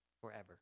forever